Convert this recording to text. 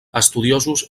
estudiosos